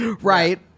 right